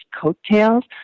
coattails